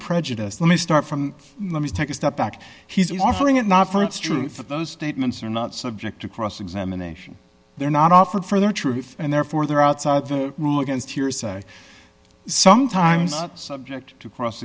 prejudice let me start from let me take a step back he's offering it not for it's truth of those statements are not subject to cross examination they're not offered for their truth and therefore they're outside the rule against hearsay sometimes subject to cross